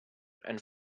and